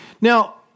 Now